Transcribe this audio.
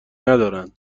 ندارند